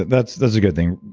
that's that's a good thing.